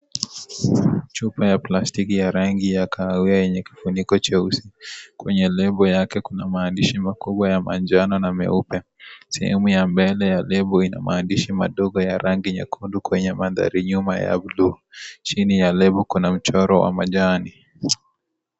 Chupa ya plastiki ya rangi ya kahawia yenye kifuniko cheusi, kwenye lebo yake kuna maandishi makubwa ya manjano na meupe, sehemu ya mbele ya lebo ina maandishi madogo ya rangi nyekundu kwenye mandari nyuma ya udhurungi , chini ya lebo kuna mchoro wa machani.